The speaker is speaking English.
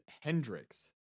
Hendrix